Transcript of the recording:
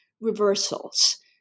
reversals